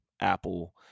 Apple